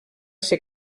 ser